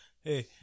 Hey